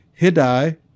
Hidai